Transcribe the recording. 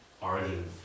origin